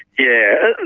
yeah,